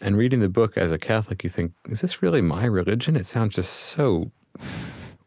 and reading the book as a catholic, you think, is this really my religion? it sounds just so